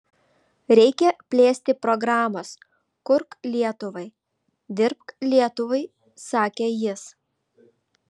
reikia plėsti programas kurk lietuvai dirbk lietuvai sakė jis